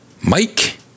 Mike